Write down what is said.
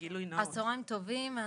צוהריים טובים,